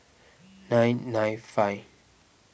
nine nine five